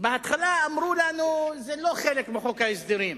בהתחלה אמרו לנו שזה לא חלק מחוק ההסדרים.